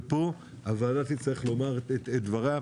ופה הוועדה תצטרך לומר את דברה.